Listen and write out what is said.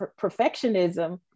perfectionism